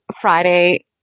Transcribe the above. Friday